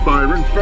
Byron